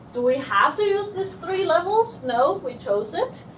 do we have to use these three levels? no, we chose it.